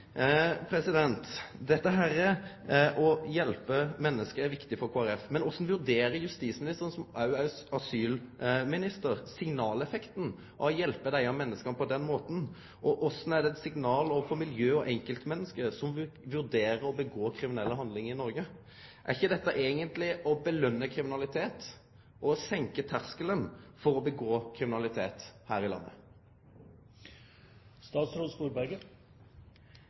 å hjelpe menneske er viktig for Kristeleg Folkeparti, men korleis vurderer justisministeren, som også er asylminister, signaleffekten av å hjelpe desse menneska på den måten, og kva signal er det overfor miljø og enkeltmenneske som vurderer å gjere kriminelle handlingar i Noreg? Er ikkje dette eigentleg å lønne kriminalitet og å senke terskelen for å gjere seg skuldig i kriminalitet her i